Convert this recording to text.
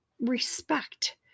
respect